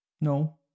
No